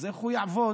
איך הוא יעבוד,